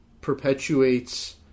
perpetuates